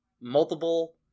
multiple